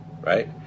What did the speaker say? Right